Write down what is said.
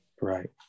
Right